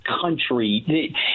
country